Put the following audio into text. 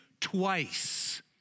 twice